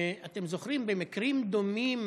אתם זוכרים, במקרים דומים